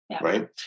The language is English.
right